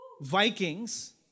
Vikings